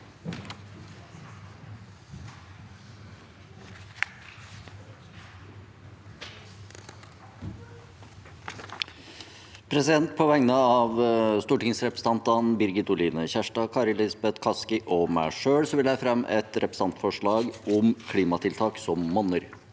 På vegne av re- presentantene Birgit Oline Kjerstad, Kari Elisabeth Kaski og meg selv vil jeg fremme et representantforslag om klimatiltak som monner.